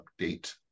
update